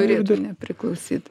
turėtų nepriklausyt